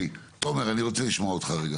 תומר אני רוצה לשמוע אותך רגע.